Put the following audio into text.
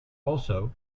also